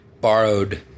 borrowed